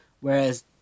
whereas